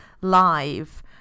live